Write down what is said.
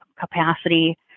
capacity